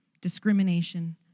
discrimination